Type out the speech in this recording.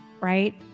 right